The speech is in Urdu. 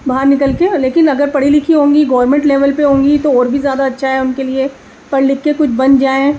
باہر نکل کے لیکن اگر پڑھی لکھی ہوں گی گورنمنٹ لیول پہ ہوں گی تو اور بھی زیادہ اچھا ہے ان کے لیے پڑھ لکھ کے کچھ بن جائیں